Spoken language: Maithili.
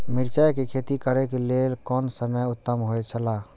मिरचाई के खेती करे के लेल कोन समय उत्तम हुए छला?